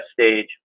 stage